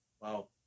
Wow